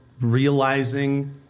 realizing